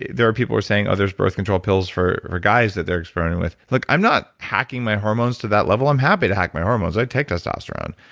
there are people that were saying, oh, there's birth control pills for for guys that they're experimenting with. look, i'm not hacking my hormones to that level i'm happy to hack my hormones. i take testosterone,